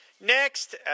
Next